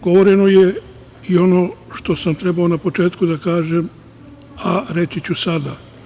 Govoreno je i ono što je trebalo na početku da kažem, a reći ću sada.